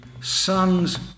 sons